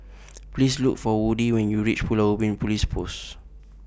Please Look For Woodie when YOU REACH Pulau Ubin Police Post